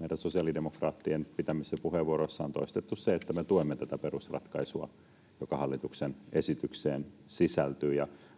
meidän sosiaalidemokraattien pitämissä puheenvuoroissa on toistettu se, että me tuemme tätä perusratkaisua, joka hallituksen esitykseen sisältyy.